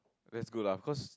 that's good lah cause